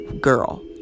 girl